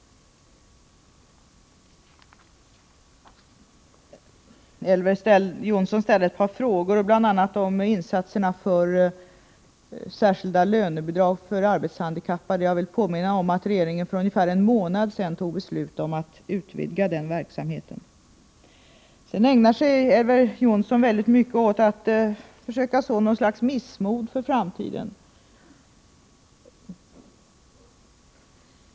Elver Jonsson ställde ett par frågor, bl.a. om insatserna för s rskilda lönebidrag för arbetshandikappade. Jag vill påminna om att regeringen för ungefär en månad sedan fattade beslut om att utvidga den verksamheten. Elver Jonsson ägnar sig mycket åt att försöka så missmod för framtiden.